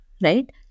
right